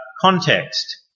context